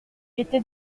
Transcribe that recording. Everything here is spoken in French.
était